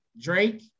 Drake